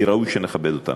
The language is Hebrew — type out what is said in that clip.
כל שנה, כי ראוי שנכבד אותם.